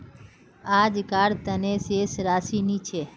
आजकार तने शेष राशि कि छे?